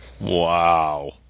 Wow